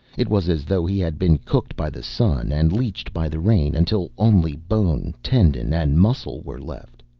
it was as though he had been cooked by the sun and leeched by the rain until only bone, tendon and muscle were left.